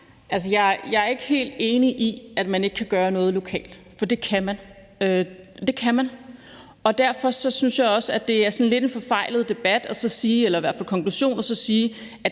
Jeg er ikke helt enig i, at man ikke kan gøre noget lokalt, for det kan man. Og derfor synes jeg også, det er en lidt forfejlet debat eller i hvert fald konklusion at sige, at